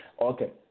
Okay